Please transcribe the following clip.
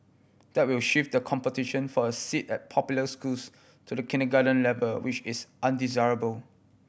that will shift the competition for a seat at popular schools to the kindergarten level which is undesirable